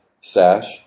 sash